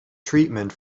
treatment